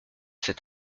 cet